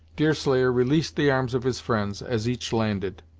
deerslayer released the arms of his friends, as each landed,